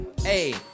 Hey